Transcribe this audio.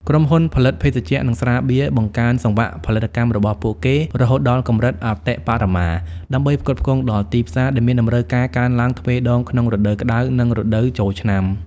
ក្រុមហ៊ុនផលិតភេសជ្ជៈ និងស្រាបៀរបង្កើនសង្វាក់ផលិតកម្មរបស់ពួកគេរហូតដល់កម្រិតអតិបរមា ដើម្បីផ្គត់ផ្គង់ដល់ទីផ្សារដែលមានតម្រូវការកើនឡើងទ្វេដងក្នុងរដូវក្តៅ និងរដូវចូលឆ្នាំ។